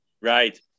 Right